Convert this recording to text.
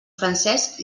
francesc